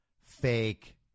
fake